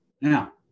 Now